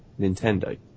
Nintendo